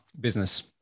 business